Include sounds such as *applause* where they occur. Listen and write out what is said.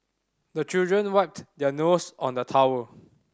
the children wipe *unintelligible* their nose on the towel